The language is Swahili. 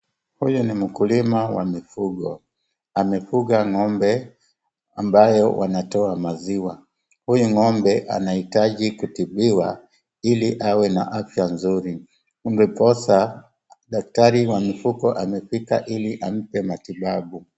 Huyu ni mkulima wa mifugo, amefuga ng'ombe ambayo wanatoa maziwa. Huyu ng'ombe anahitaji kutibiwa ili awe na afya nzuri. Ndiposa daktari wa mifugo amefika ili ampe matibabu.